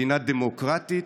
מדינה דמוקרטית,